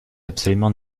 absolument